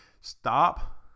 stop